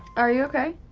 are you okay?